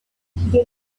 the